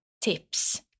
tips